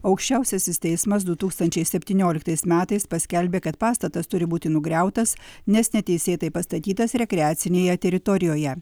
aukščiausiasis teismas du tūkstančiai septynioliktais metais paskelbė kad pastatas turi būti nugriautas nes neteisėtai pastatytas rekreacinėje teritorijoje